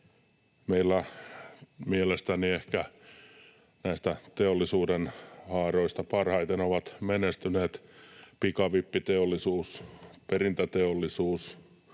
Meillä mielestäni näistä teollisuudenhaaroista ehkä parhaiten ovat menestyneet pikavippiteollisuus, perintäteollisuus,